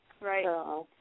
Right